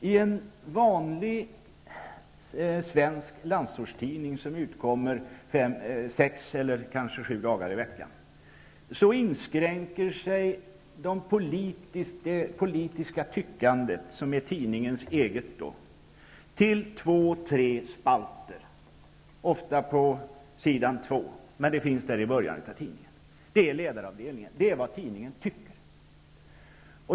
I en vanlig svensk landsortstidning, som utkommer sex eller sju dagar i veckan, inskränker sig det politiska tyckandet, som är tidningens eget, till två tre spalter, ofta på s. 2 eller åtminstone i början av tidningen. Det är ledaravdelningen. Det är vad tidningen tycker.